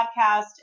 podcast